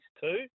two